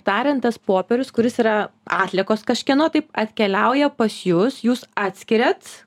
tariant tas popierius kuris yra atliekos kažkieno taip atkeliauja pas jus jūs atskiriat